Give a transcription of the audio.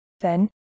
Then